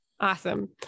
Awesome